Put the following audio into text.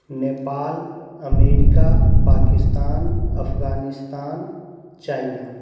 Nepal America Pakistan Afghanistan China